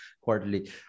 quarterly